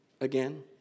again